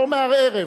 לא מהערב.